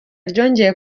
ryongeye